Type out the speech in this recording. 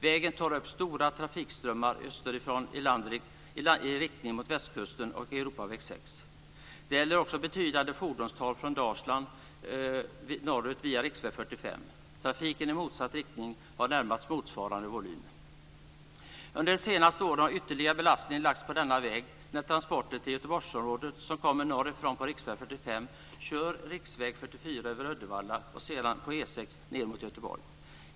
Vägen tar emot stora trafikströmmar österifrån i riktning mot västkusten och Europaväg 6. Det är också betydande fordonstal från Dalsland norrut via riksväg 45. Trafiken i motsatt riktning har nästan motsvarande volym. Under de senaste åren har ytterligare belastning lagts på denna väg när transporter till Göteborgsområdet som kommer norrifrån på riksväg 45 kör riksväg 44 över Uddevalla och sedan E 6 ned mot Göteborg.